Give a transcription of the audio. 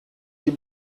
die